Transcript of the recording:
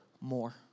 more